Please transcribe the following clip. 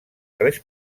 tres